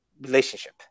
relationship